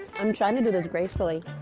i'm trying to do this gracefully